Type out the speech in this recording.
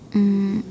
um